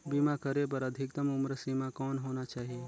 बीमा करे बर अधिकतम उम्र सीमा कौन होना चाही?